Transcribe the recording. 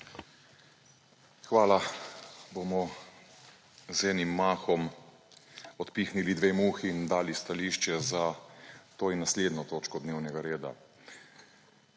Hvala. Bomo z enim mahom odpihnili dve muhi in dali stališče za to in naslednjo točko dnevnega reda.